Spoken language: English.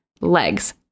legs